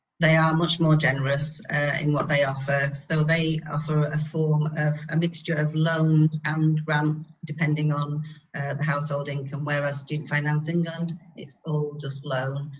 they are much more generous in what they ah offer. so they offer a form of a mixture of loans and grants depending on the household income, whereas student finance england is all just loan.